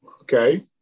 Okay